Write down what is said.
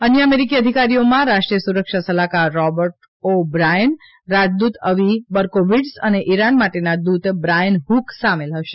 અન્ય અમેરિકી અધિકારીઓમાં રાષ્ટ્રીય સુરક્ષા સલાહકાર રોબર્ટ ઓ બ્રાયન રાજદૂત અવિ બર્કોવિટ્ઝ અને ઇરાન માટેના દૂત બ્રાયન હૂક સામેલ થશે